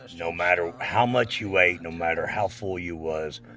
no matter how much you ate, no matter how full you was,